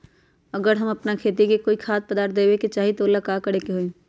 अगर हम अपना खेती में कोइ खाद्य पदार्थ देबे के चाही त वो ला का करे के होई?